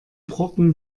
brocken